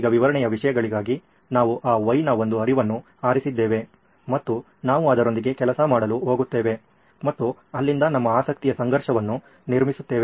ಈಗ ವಿವರಣೆಯ ಉದ್ದೇಶಗಳಿಗಾಗಿ ನಾವು ಆ Y ನ ಒಂದು ಹರಿವನ್ನು ಆರಿಸಿದ್ದೇವೆ ಮತ್ತು ನಾವು ಅದರೊಂದಿಗೆ ಕೆಲಸ ಮಾಡಲು ಹೋಗುತ್ತೇವೆ ಮತ್ತು ಅಲ್ಲಿಂದ ನಮ್ಮ ಆಸಕ್ತಿಯ ಸಂಘರ್ಷವನ್ನು ನಿರ್ಮಿಸುತ್ತೇವೆ